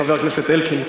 חבר הכנסת אלקין,